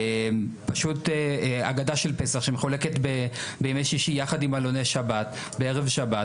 פשוט הגדה של פסח שמחולקת בימי שישי יחד עם עלוני שבת בערב שבת,